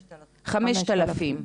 5,000?